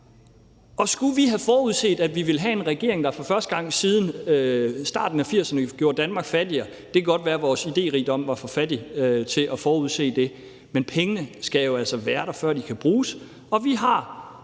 Og skulle vi have forudset, at vi ville have en regering, der for første gang siden starten af 1980'erne gjorde Danmark fattigere? Det kan godt være, at vores idérigdom var for fattig til at forudse det. Men pengene skal jo altså være der, før de kan bruges, og vi har,